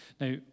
Now